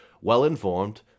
well-informed